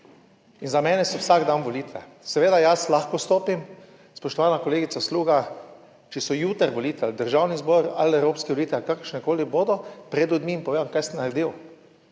In za mene so vsak dan volitve. Seveda jaz lahko stopim, spoštovana kolegica Sluga, če so jutri volitve v Državni zbor ali evropske volitve ali kakršnekoli bodo, pred ljudmi in povem, kaj sem naredil.